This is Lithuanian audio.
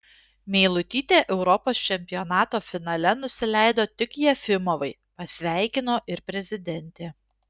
meilutytė europos čempionato finale nusileido tik jefimovai pasveikino ir prezidentė